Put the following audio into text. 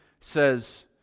says